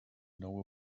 know